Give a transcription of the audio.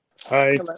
Hi